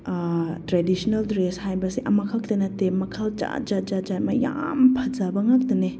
traditional dress ꯍꯥꯏꯕꯁꯦ ꯑꯃꯈꯛꯇ ꯅꯠꯇꯦ ꯃꯈꯜ ꯖꯥꯠ ꯖꯥꯠ ꯃꯌꯥꯝ ꯐꯖꯕ ꯉꯛꯇꯅꯦ